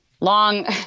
long